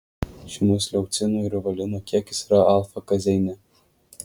žymus leucino ir valino kiekis yra alfa kazeine